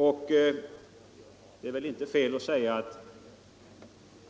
Och det är väl inte fel att säga att